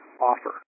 offer